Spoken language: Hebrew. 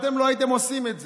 אתם לא הייתם עושים את זה.